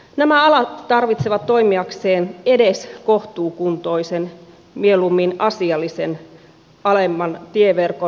nämä alat tarvitsevat toimiakseen edes kohtuukuntoisen mieluummin asiallisen alemman tieverkon